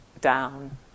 down